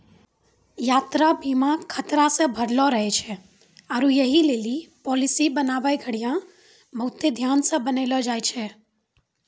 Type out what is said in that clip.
यात्रा बीमा खतरा से भरलो रहै छै आरु यहि लेली पालिसी बनाबै घड़ियां बहुते ध्यानो से बनैलो जाय छै